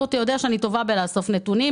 אותי יודע שאני טובה באיסוף נתונים,